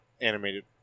animated